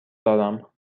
دارم